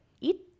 eat